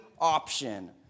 option